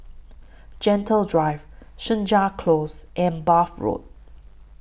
Gentle Drive Senja Close and Bath Road